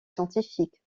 scientifiques